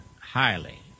highly